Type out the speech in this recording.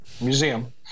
museum